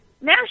now